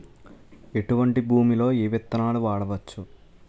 ఎటువంటి భూమిలో ఏ విత్తనాలు వాడవచ్చు?